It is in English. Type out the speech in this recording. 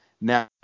now